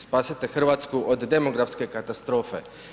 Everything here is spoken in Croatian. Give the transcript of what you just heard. Spasite Hrvatsku od demografske katastrofe.